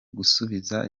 gusubiza